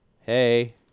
Hey